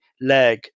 leg